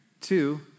Two